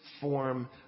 Form